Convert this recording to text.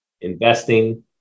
investing